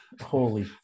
holy